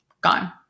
gone